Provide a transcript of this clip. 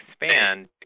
expand